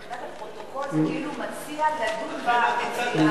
מבחינת הפרוטוקול זה כאילו הוא מציע לדון במליאה.